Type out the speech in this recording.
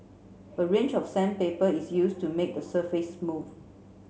a range of sandpaper is used to make the surface smooth